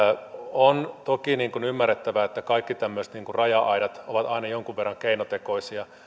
on toki ymmärrettävää että kaikki tämmöiset raja aidat ovat aina jonkun verran keinotekoisia